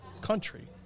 country